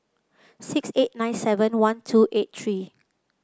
six eight nine seven one two eight three